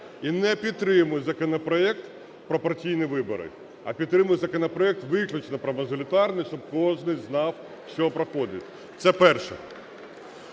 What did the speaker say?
і не підтримую законопроект про пропорційні вибори, а підтримую законопроект виключно про мажоритарний, щоб кожний знав, що проходив. Це перше.